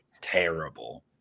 terrible